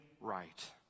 right